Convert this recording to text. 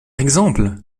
exemple